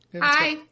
Hi